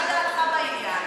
מה דעתך בעניין.